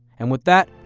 and with that,